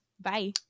bye